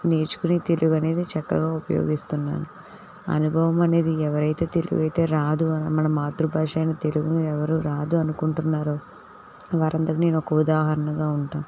నేర్చుకుని తెలుగు అనేది చక్కగా ఉపయోగిస్తున్నాను అనుభవం అనేది ఎవరైతే తెలుగు అయితే రాదు అని మన మాతృభాష అయిన తెలుగు ఎవరు రాదు అనుకుంటున్నారో వారందరికి నేను ఒక ఉదాహరణగా ఉంటాను